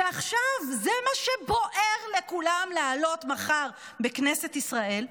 שעכשיו הוא מה שבוער לכולם להעלות מחר בכנסת ישראל,